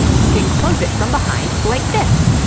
you can close it from behind like this.